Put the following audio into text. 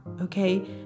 okay